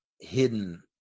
hidden